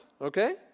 okay